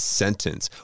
sentence